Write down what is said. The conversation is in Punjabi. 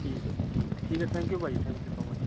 ਠੀਕ ਹੈ ਜੀ ਠੀਕ ਹੈ ਠੀਕ ਆ ਥੈਂਕ ਯੂ ਭਾਅ ਜੀ ਥੈਂਕ ਯੂ ਸੋ ਮੱਚ